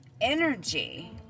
energy